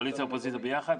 קואליציה אופוזיציה ביחד.